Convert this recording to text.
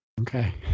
Okay